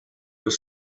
was